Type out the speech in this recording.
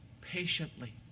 patiently